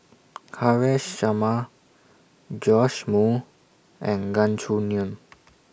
Haresh Sharma Joash Moo and Gan Choo Neo